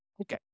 Okay